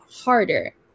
harder